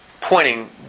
pointing